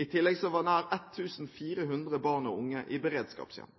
I tillegg var nær 1 400 barn og unge i beredskapshjem.